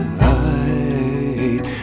light